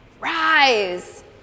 rise